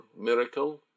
miracle